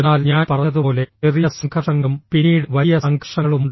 എന്നാൽ ഞാൻ പറഞ്ഞതുപോലെ ചെറിയ സംഘർഷങ്ങളും പിന്നീട് വലിയ സംഘർഷങ്ങളുമുണ്ട്